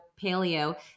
paleo